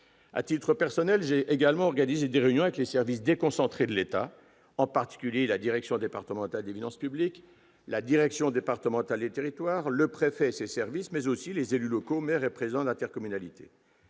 À titre personnel, j'ai aussi organisé des réunions avec les services déconcentrés de l'État, en particulier la direction départementale des finances publiques, la direction départementale des territoires, le préfet et ses services, mais également les élus locaux, maires et présidents d'intercommunalité.